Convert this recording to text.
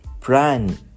plan